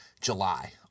July